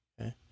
Okay